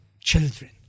children